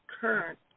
current